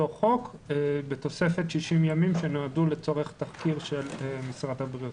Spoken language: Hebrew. חוק בתוספת 60 ימים שנועדו לצורך תחקיר של משרד הבריאות.